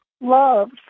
love